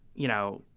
you know,